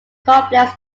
complex